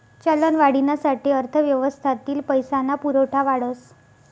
चलनवाढीना साठे अर्थव्यवस्थातील पैसा ना पुरवठा वाढस